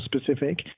specific